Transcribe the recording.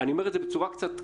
אני אומר את זה בצורה קצת קשה,